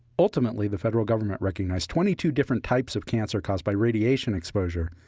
ultimately, the federal government recognized twenty two different types of cancer caused by radiation exposure.